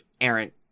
errant